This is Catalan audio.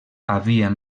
havien